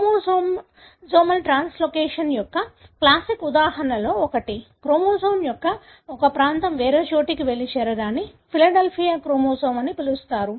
chromosomal translocation యొక్క classic ఉదాహరణలలో ఒకటి క్రోమోజోమ్ యొక్క ఒక ప్రాంతం వేరే చోటికి వెళ్ళి చేరడాన్ని ఫిలడెల్ఫియా క్రోమోజోమ్ అని పిలుస్తారు